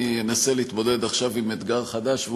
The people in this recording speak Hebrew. אני אנסה להתמודד עכשיו עם אתגר חדש,